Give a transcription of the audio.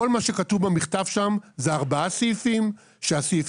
כל מה שכתוב במכתב שם זה ארבעה סעיפים כשהסעיפים